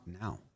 now